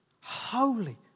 holy